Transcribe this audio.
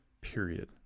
period